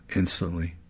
instantly.